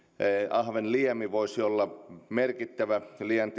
ahvenliemi voisi olla merkittävä